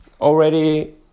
already